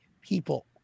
people